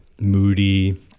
moody